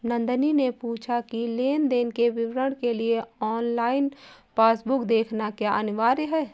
नंदनी ने पूछा की लेन देन के विवरण के लिए ऑनलाइन पासबुक देखना क्या अनिवार्य है?